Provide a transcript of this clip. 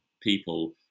people